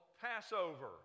Passover